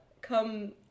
come